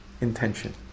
intention